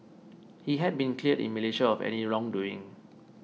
he has been cleared in Malaysia of any wrongdoing